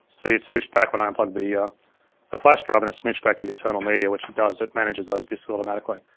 see, it switched back when i unplugged the ah the flash drive, and it switched back to the internal media, which it does, it manages those disks automatically.